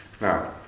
Now